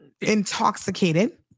intoxicated